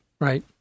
right